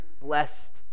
blessed